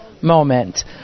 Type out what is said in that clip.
moment